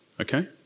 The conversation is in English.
okay